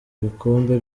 ibikombe